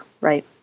Right